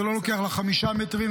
זה לא לוקח לה חמישה מטרים,